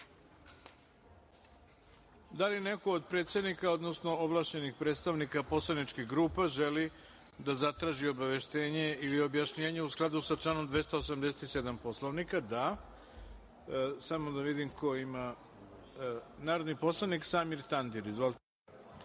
li neko od predsednika, odnosno ovlašćenih predstavnika poslaničkih grupa želi da zatraži obaveštenje ili objašnjenje u skladu sa članom 287. Poslovnika? Reč ima narodni poslanik Samir Tandir. Izvolite.